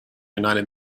united